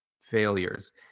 failures